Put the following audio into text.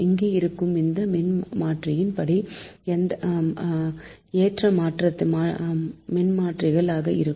இங்கே இருக்கும் இந்த மின்மாற்றிகள் படி ஏற்ற மின்மாற்றிகள் ஆக இருக்கும்